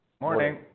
Morning